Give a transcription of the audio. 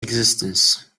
existence